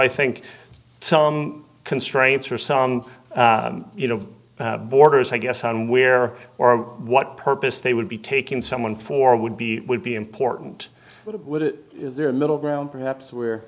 i think some constraints or some you know borders i guess on where or what purpose they would be taking someone for would be would be important but it would it is there a middle ground perhaps where